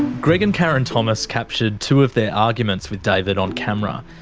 greg and karen thomas captured two of their arguments with david on camera.